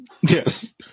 Yes